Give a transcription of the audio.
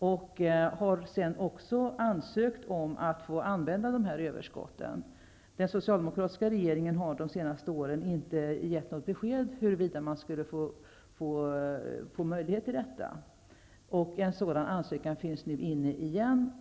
Man har också ansökt om att få använda de här överskotten. Den socialdemokratiska regeringen har de senaste åren inte gett något besked huruvida man skulle få möjlighet till detta. En sådan ansökan finns nu inne igen.